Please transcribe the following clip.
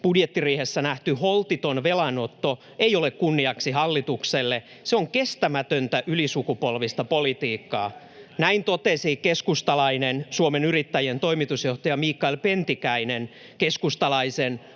Budjettiriihessä nähty holtiton velanotto ei ole kunniaksi hallitukselle. Se on kestämätöntä ylisukupolvista politiikkaa.” Näin totesi keskustalainen Suomen Yrittäjien toimitusjohtaja Mikael Pentikäinen keskustalaisen